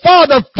Father